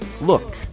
look